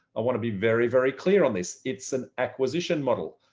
i want to be very, very clear on this. it's an acquisition model.